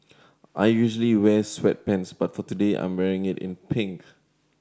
I usually wear sweatpants but for today I'm wearing it in pink